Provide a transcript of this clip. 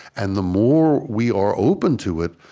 and the more we are open to it,